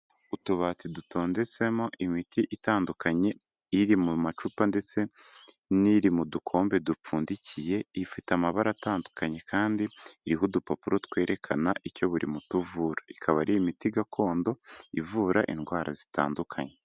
Utubati dutondetsemo imiti itandukanye, iri mu macupa ndetse n'iri mu dukombe dupfundikiye, ifite amabara atandukanye kandi iriho udupapuro twerekana icyo buri muti uvura, ikaba ari imiti gakondo ivura indwara zitandukanye.